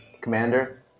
Commander